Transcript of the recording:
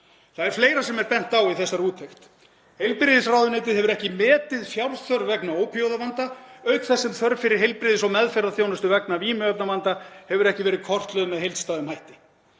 Það er fleira sem er bent á í þessari úttekt. Heilbrigðisráðuneytið hefur ekki metið fjárþörf vegna ópíóíðavanda auk þess sem þörf fyrir heilbrigðis- og meðferðarþjónustu vegna vímuefnavanda hefur ekki verið kortlögð með heildstæðum hætti.